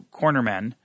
cornermen